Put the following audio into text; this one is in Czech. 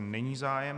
Není zájem.